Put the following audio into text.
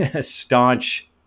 staunch